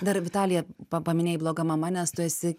dar vitalija pa paminėjai bloga mama nes tu esi